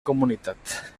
comunitat